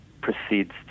proceeds